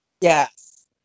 Yes